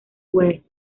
west